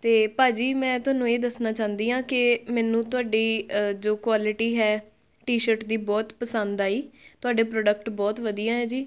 ਅਤੇ ਭਾਅ ਜੀ ਮੈਂ ਤੁਹਾਨੂੰ ਇਹ ਦੱਸਣਾ ਚਾਹੁੰਦੀ ਹਾਂ ਕਿ ਮੈਨੂੰ ਤੁਹਾਡੀ ਜੋ ਕੁਆਲਿਟੀ ਹੈ ਟੀ ਸ਼ਰਟ ਦੀ ਬਹੁਤ ਪਸੰਦ ਆਈ ਤੁਹਾਡੇ ਪ੍ਰੋਡਕਟ ਬਹੁਤ ਵਧੀਆ ਹੈ ਜੀ